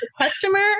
customer